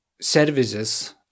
services